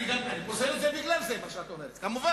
אני פוסל את זה גם בגלל מה שאת אומרת כמובן,